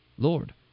Lord